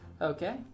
Okay